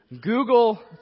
Google